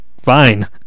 Fine